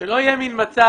בשתי מילים.